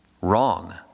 wrong